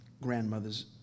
grandmother's